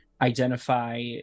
identify